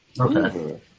Okay